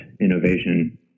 innovation